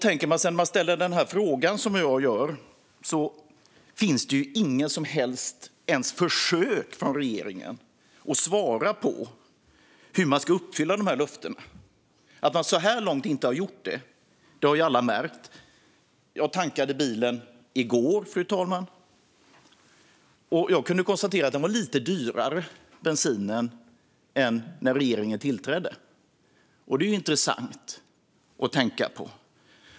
När man ställer frågan som jag gör finns det inget som helst ens försök från regeringen att svara på hur man ska uppfylla de här löftena. Att man så här långt inte har gjort det har ju alla märkt. Jag tankade bilen i går, fru talman, och kunde konstatera att bensinen var lite dyrare än när regeringen tillträdde. Det är ju intressant att tänka på.